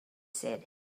said